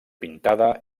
pintada